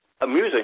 amusing